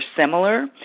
similar